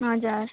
हजुर